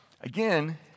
Again